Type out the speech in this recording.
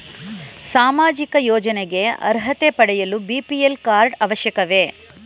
ಸಾಮಾಜಿಕ ಯೋಜನೆಗೆ ಅರ್ಹತೆ ಪಡೆಯಲು ಬಿ.ಪಿ.ಎಲ್ ಕಾರ್ಡ್ ಅವಶ್ಯಕವೇ?